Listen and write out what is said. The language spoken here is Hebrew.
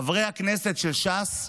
חברי הכנסת של ש"ס,